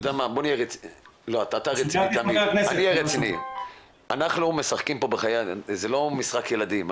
זה לא משחק ילדים.